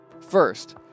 First